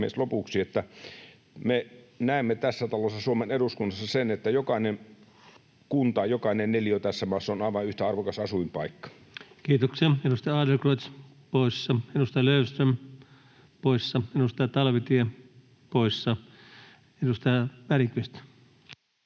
että me näemme tässä talossa, Suomen eduskunnassa, että jokainen kunta, jokainen neliö tässä maassa on aivan yhtä arvokas asuinpaikka. Kiitoksia. — Edustaja Adlercreutz poissa, edustaja Löfström poissa, edustaja Talvitie poissa — edustaja Bergqvist.